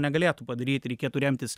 negalėtų padaryti reikėtų remtis